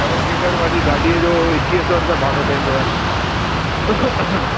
seven seater वारी गाॾी जो एक्वीह सौ रुपया भाड़ो पवंदव